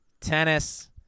tennis